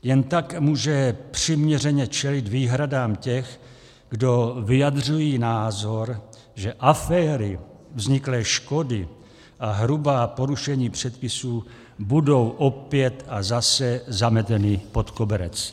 Jen tak může přiměřeně čelit výhradám těch, kdo vyjadřují názor, že aféry, vzniklé škody a hrubá porušení předpisů budou opět a zase zameteny pod koberec.